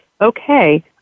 okay